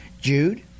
Jude